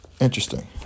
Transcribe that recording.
Interesting